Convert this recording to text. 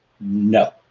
No